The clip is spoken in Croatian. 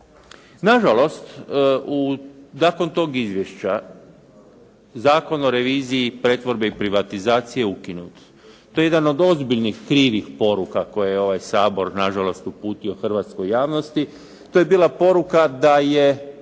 Nažalost, nakon toga izvješća Zakon o reviziji pretvorbe i privatizacije je ukinut. To je jedan od ozbiljnih krivih poruka koje je ovaj Sabor nažalost uputio hrvatskoj javnosti. To je bila poruka da je